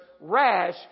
rash